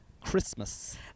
Christmas